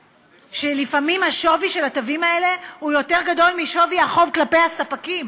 לפעמים השווי של התווים האלה יותר גדול משווי החוב כלפי הספקים.